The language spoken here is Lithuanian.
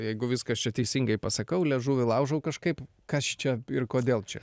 jeigu viską aš čia teisingai pasakau liežuvį laužau kažkaip kas čia ir kodėl čia